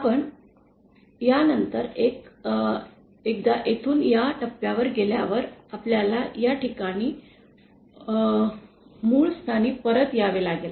आणि यानंतर एकदा येथून या टप्प्यावर गेल्यावर आपल्याला या ठिकाणी मूळ स्थानी परत यावे लागेल